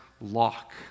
lock